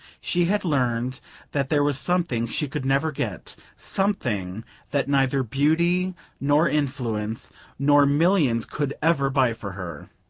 she had learned that there was something she could never get, something that neither beauty nor influence nor millions could ever buy for her.